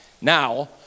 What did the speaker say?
Now